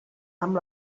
amb